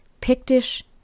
Pictish